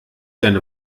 seine